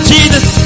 Jesus